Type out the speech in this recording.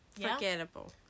forgettable